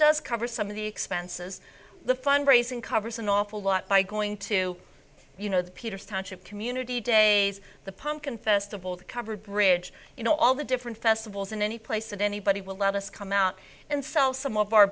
does cover some of the expenses the fundraising covers an awful lot by going to you know the peters township community days the pumpkin festival the covered bridge you know all the different festivals and any place that anybody will let us come out and sell some of our